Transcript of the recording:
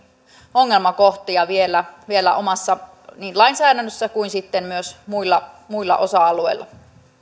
ongelmakohtia vielä niin omassa lainsäädännössä kuin sitten myös muilla muilla osa alueilla